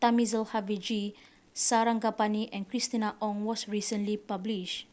Thamizhavel G Sarangapani and Christina Ong was recently publish